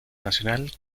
nacional